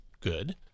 Good